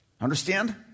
Understand